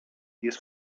jest